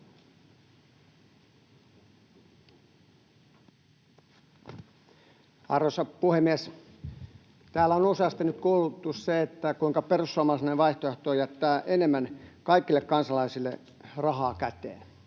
Arvoisa puhemies! Täällä on useasti nyt kuultu se, kuinka perussuomalainen vaihtoehto jättää kaikille kansalaisille enemmän rahaa käteen.